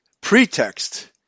pretext